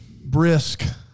brisk